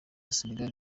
senegal